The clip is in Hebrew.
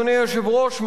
אדוני היושב-ראש,